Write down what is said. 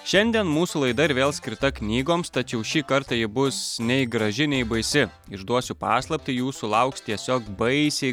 šiandien mūsų laida ir vėl skirta knygoms tačiau šį kartą ji bus nei graži nei baisi išduosiu paslaptį jūsų lauks tiesiog baisiai